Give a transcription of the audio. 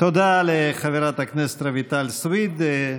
תודה לחברת הכנסת רויטל סויד.